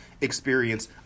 experience